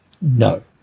No